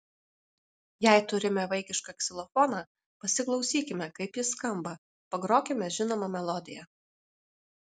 jei turime vaikišką ksilofoną pasiklausykime kaip jis skamba pagrokime žinomą melodiją